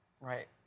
right